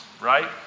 right